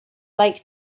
like